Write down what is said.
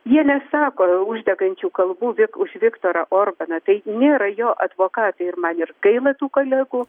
jie nesako uždegančių kalbų vik už viktorą orbaną tai nėra jo advokatė ir man ir gaila tų kolegų